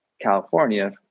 California